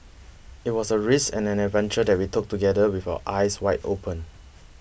it was a risk and an adventure that we took together with our eyes wide open